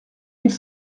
mille